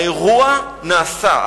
האירוע נעשה.